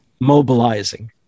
mobilizing